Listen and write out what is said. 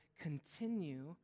continue